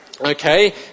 okay